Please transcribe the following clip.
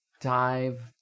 dive